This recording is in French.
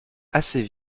assez